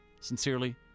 Sincerely